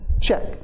Check